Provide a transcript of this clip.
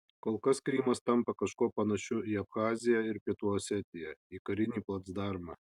kol kas krymas tampa kažkuo panašiu į abchaziją ir pietų osetiją į karinį placdarmą